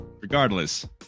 regardless